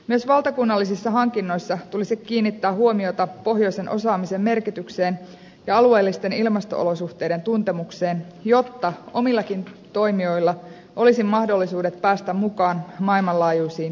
myös valtakunnallisissa hankinnoissa tulisi kiinnittää huomiota pohjoisen osaamisen merkitykseen ja alueellisten ilmasto olosuhteiden tuntemukseen jotta omillakin toimijoilla olisi mahdollisuudet päästä mukaan maailmanlaajuisiin tarjouskilpailuihin